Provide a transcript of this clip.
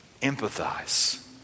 empathize